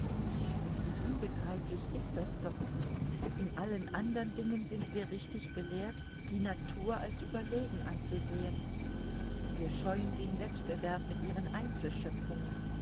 und wie unbegreiflich ist das doch in allen andern dingen sind wir richtig belehrt die natur als überlegen anzusehen wir scheuen den wettbewerb mit ihren